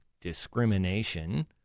discrimination